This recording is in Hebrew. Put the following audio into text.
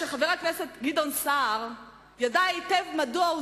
שחבר הכנסת גדעון סער ידע היטב מדוע הוא